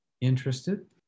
interested